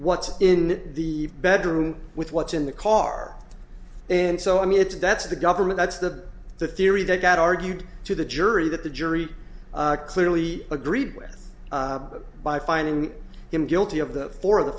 what's in the bedroom with what's in the car and so i mean it's that's the government that's the the theory that got argued to the jury that the jury clearly agreed with them by finding him guilty of the four of the